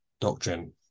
doctrine